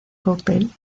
cóctel